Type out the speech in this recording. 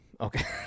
Okay